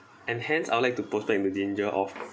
and hence I would like to protect the danger of